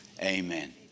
Amen